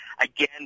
again